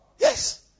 Yes